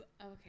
Okay